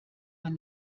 man